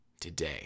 today